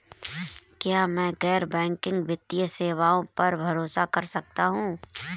क्या मैं गैर बैंकिंग वित्तीय सेवाओं पर भरोसा कर सकता हूं?